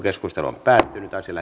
keskustelua ei syntynyt